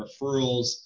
referrals